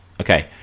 Okay